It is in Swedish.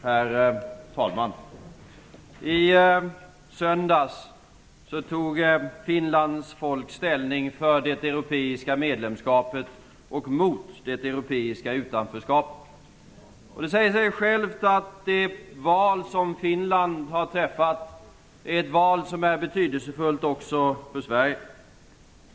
Herr talman! I söndags tog Finlands folk ställning för det europeiska medlemskapet - och mot det europeiska utanförskapet. Det säger sig självt att det val som Finland har träffat är ett val som är betydelsefullt också för Sverige.